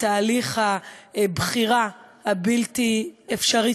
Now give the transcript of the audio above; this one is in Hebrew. בתהליך הבחירה הבלתי-אפשרית,